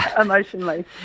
emotionally